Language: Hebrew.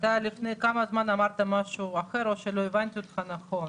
לפני כמה זמן אמרת משהו אחר או שלא הבנתי אותך נכון.